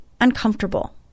uncomfortable